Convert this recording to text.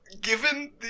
given